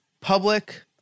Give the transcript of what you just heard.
public